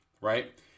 right